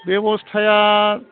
बेब'स्थाया